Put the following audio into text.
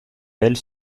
elle